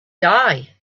die